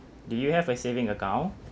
do you have a saving account